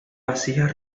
vasijas